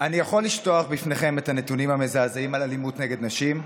אני יכול לשטוח בפניכם את הנתונים המזעזעים על אלימות נגד נשים,